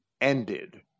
ended